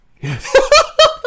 Yes